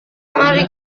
mari